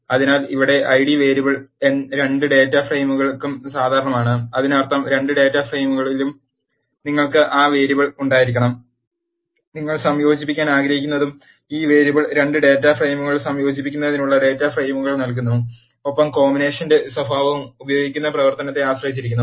അതിനാൽ ഇവിടെ Id variable രണ്ട് ഡാറ്റ ഫ്രെയിമുകൾക്കും സാധാരണമാണ് അതിനർത്ഥം രണ്ട് ഡാറ്റ ഫ്രെയിമുകളിലും നിങ്ങൾക്ക് ആ വേരിയബിൾ ഉണ്ടായിരിക്കണം നിങ്ങൾ സംയോജിപ്പിക്കാൻ ആഗ്രഹിക്കുന്നതും ഈ വേരിയബിൾ 2 ഡാറ്റാ ഫ്രെയിമുകൾ സംയോജിപ്പിക്കുന്നതിനുള്ള ഐഡന്റിഫയറുകൾ നൽകുന്നു ഒപ്പം കോമ്പിനേഷന്റെ സ്വഭാവവും ഉപയോഗിക്കുന്ന പ്രവർത്തനത്തെ ആശ്രയിച്ചിരിക്കുന്നു